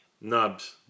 Nubs